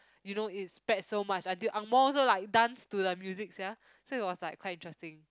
you know it spread so much until angmoh also like it dance to the music sia so it was like quite interesting